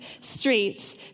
streets